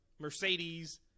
Mercedes